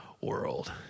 world